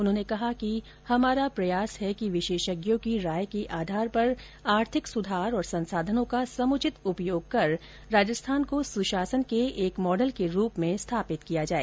उन्होंने कहा कि हमारा प्रयास है कि विशेषज्ञों की राय के आधार पर आर्थिक सुधार और संसाधनों का समुचित उपयोग कर राजस्थान को सुशासन के एक मॉडल के रूप में स्थापित किया जाए